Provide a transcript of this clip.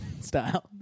style